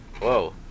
whoa